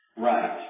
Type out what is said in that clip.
right